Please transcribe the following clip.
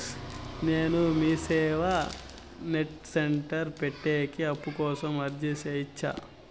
నేను Meeseva net centre పెట్టేకి అప్పు కోసం అర్జీ సేయొచ్చా?